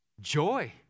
Joy